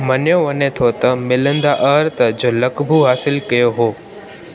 मञो वञे थो त मिलिंदा अहर्त जो लक़बो हासिलु कयो हो